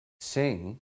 sing